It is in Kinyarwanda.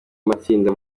amatsinda